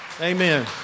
Amen